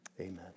amen